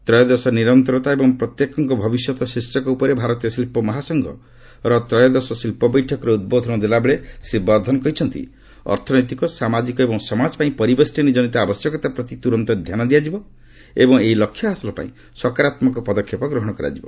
ତ୍ରୟୋଦଶ ନିରନ୍ତରତା ଏବଂ ପ୍ରତ୍ୟେକଙ୍କ ଭବିଷ୍ୟତ ଶୀର୍ଷକ ଉପରେ ଭାରତୀୟ ଶିଳ୍ପ ମହାସଂଘର ତ୍ରୟୋଦଶ ଶିଳ୍ପ ବୈଠକରେ ଉଦ୍ବୋଧନ ଦେଲାବେଳେ ଶ୍ରୀ ବର୍ଦ୍ଧନ କହିଛନ୍ତି ଅର୍ଥନୈତିକ ସାମାଜିକ ଏବଂ ସମାଜ ପାଇଁ ପରିବେଶଷ୍ଟନୀ ଜନିତ ଆବଶ୍ୟକତା ପ୍ରତି ତ୍ରରନ୍ତ ଧ୍ୟାନ ଦିଆଯିବ ଏବଂ ଏହି ଲକ୍ଷ୍ୟ ହାସଲ ପାଇଁ ସକାରାତ୍ମକ ପଦକ୍ଷେପ ଗ୍ରହଣ କରାଯିବ